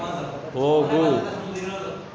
ಹೋಗು